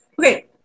okay